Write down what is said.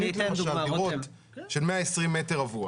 דירות של 120 מ"ר.